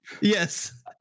Yes